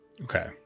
Okay